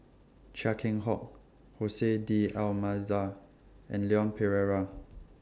Chia Keng Hock Jose D'almeida and Leon Perera